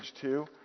two